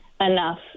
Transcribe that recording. enough